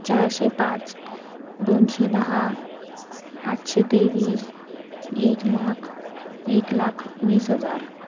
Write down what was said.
चारशे पाच दोनशे दहा आठशे तेवीस एक लाख एक लाख वीस हजार